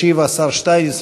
ישיב השר שטייניץ,